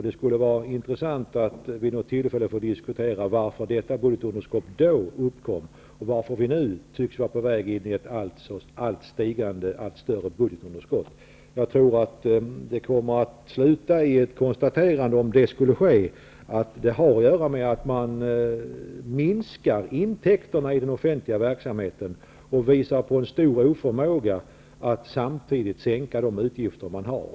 Det skulle vara intressant att få tillfälle att diskutera varför dessa budgetunderskott då uppkom och varför vi nu tycks vara på väg in i ett allt större budgetunderskott. Om detta kommer att ske, tror jag att det kommer att sluta i konstaterandet, att det har att göra med att man minskar intäkterna i den offentliga sektorn och visar på en stor oförmåga att samtidigt sänka de utgifter man har.